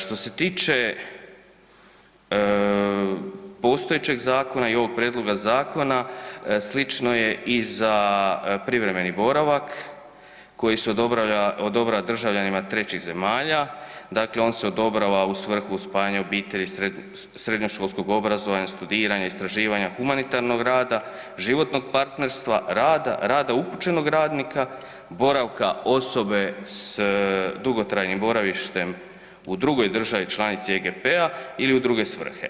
Što se tiče postojećeg zakona i ovog prijedloga zakona slično je i za privremeni boravak koji se odobrava državljanima trećih zemalja, dakle on se odobrava u svrhu spajanja obitelji, srednjoškolskog obrazovanja, studiranja, istraživanja, humanitarnog rada, životnog partnerstva, rada, rada upućenog radnika, boravka osobe s dugotrajnim boravištem u drugoj državi članici EGP-a ili u druge svrhe.